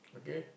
okay